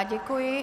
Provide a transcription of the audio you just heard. Děkuji.